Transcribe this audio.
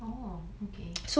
oh okay